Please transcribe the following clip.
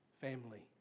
family